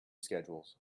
schedules